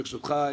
ברשותך,